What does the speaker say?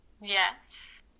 Yes